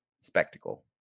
spectacle